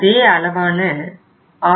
அதே அளவான 6